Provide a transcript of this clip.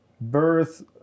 birth